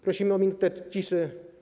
Prosimy o minutę ciszy.